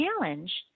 challenge